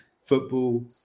football